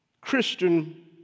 Christian